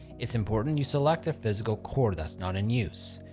it's important you select a physical core that's not in use.